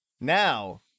Now